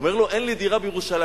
אומר לו: אין לי דירה בירושלים.